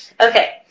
Okay